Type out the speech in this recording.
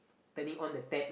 turning on the tap